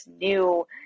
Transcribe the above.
new